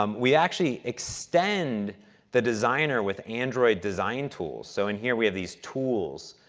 um we actually extend the designer with android design tools, so, in here, we have these tools.